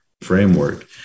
framework